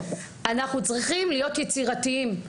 אנחנו צריכים להיות יצירתיים.